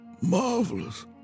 marvelous